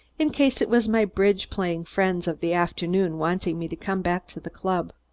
in case it was my bridge-playing friends of the afternoon wanting me to come back to the club.